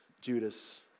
Judas